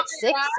six